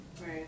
right